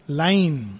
line